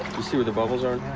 see where the bubbles are?